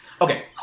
Okay